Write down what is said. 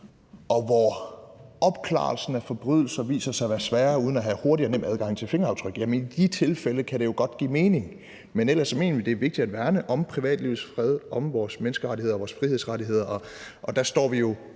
og hvor opklaringen af forbrydelsen viser sig at være svære uden at have hurtig og nem adgang til fingeraftryk. Jamen i de tilfælde kan det jo godt give mening, men ellers mener vi, at det er vigtigt at værne om privatlivets fred, om vores menneskerettigheder og vores frihedsrettigheder. Der står vi jo